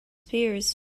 spears